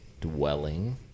dwelling